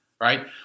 right